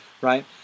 right